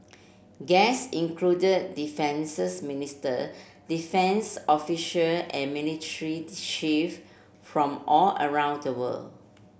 guest included defences minister defence official and chief from all around the world